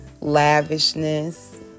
lavishness